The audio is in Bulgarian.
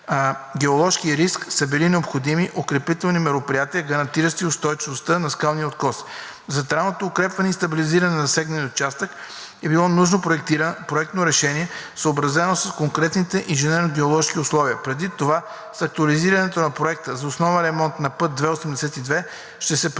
геоложки риск са били необходими укрепителни мероприятия, гарантиращи устойчивостта на скалния откос. За тералното укрепване и стабилизиране на засегнатия участък е било нужно проектно решение, съобразено с конкретните инженерно-геоложки условия. Предвид това с актуализирането на проекта за основен ремонт на път II-82 ще се предвидят